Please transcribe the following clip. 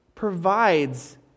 provides